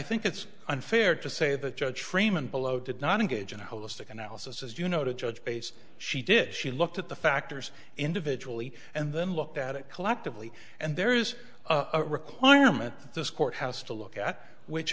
think it's unfair to say that judge freeman below did not engage in a holistic analysis as you know to judge bates she did she looked at the factors individually and then looked at it collectively and there is a requirement that this court house to look at which